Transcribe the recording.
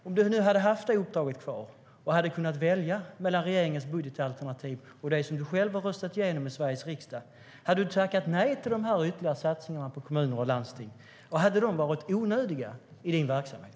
Om du nu hade haft uppdraget kvar och hade kunnat välja mellan regeringens budgetalternativ och det som du själv har röstat igenom i Sveriges riksdag - hade du då tackat nej till de ytterligare satsningarna på kommuner och landsting? Och hade de varit onödiga i din verksamhet?